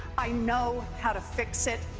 i know how to fix it.